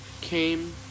came